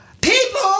people